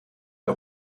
der